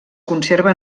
conserva